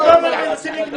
פתאום מנסים לגנוב.